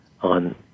on